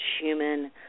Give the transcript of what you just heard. human